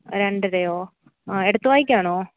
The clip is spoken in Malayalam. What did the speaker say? രണ്ടരയോ ആ എടത്തുവായ്ക്കാണോ